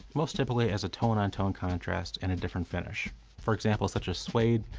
most typically as a tone on tone contrast and a different finish for example, such as suede,